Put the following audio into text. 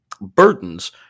burdens